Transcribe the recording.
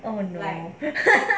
oh no